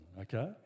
okay